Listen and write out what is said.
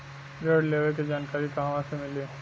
ऋण लेवे के जानकारी कहवा से मिली?